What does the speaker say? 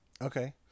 okay